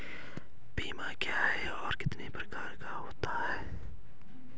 बीमा क्या है और बीमा कितने प्रकार का होता है?